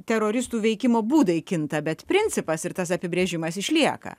teroristų veikimo būdai kinta bet principas ir tas apibrėžimas išlieka